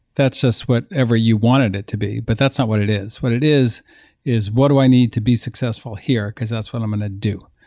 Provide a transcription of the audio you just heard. that's just whatever you wanted it to be, but that's not what it is. what it is is what do i need to be successful here, because that's what i'm going to do.